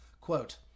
quote